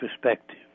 perspective